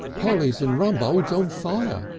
polly's and rumbold's on fire!